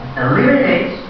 eliminate